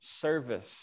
service